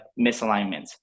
misalignments